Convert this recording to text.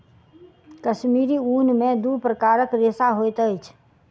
कश्मीरी ऊन में दू प्रकारक रेशा होइत अछि